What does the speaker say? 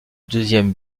deuxième